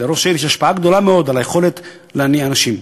לראש עיר יש השפעה גדולה מאוד על היכולת להניע אנשים.